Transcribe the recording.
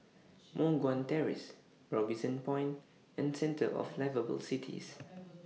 Moh Guan Terrace Robinson Point and Centre of Liveable Cities